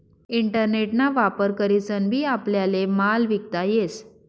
internet ना वापर करीसन बी आपल्याले माल विकता येस